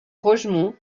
rogemont